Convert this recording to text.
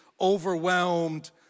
overwhelmed